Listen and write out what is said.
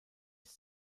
sich